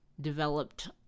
developed